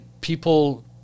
people